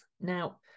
Now